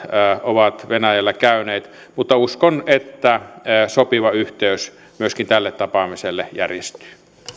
ovat venäjällä käyneet mutta uskon että sopiva yhteys myöskin tälle tapaamiselle järjestyy